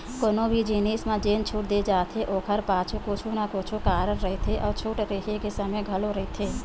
कोनो भी जिनिस म जेन छूट दे जाथे ओखर पाछू कुछु न कुछु कारन रहिथे अउ छूट रेहे के समे घलो रहिथे